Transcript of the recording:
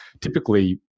typically